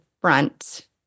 front